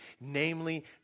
namely